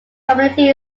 community